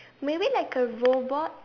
maybe like a robot